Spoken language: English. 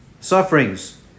sufferings